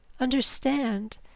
Understand